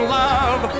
love